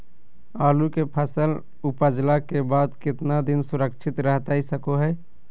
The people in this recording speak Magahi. आलू के फसल उपजला के बाद कितना दिन सुरक्षित रहतई सको हय?